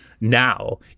now